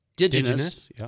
Indigenous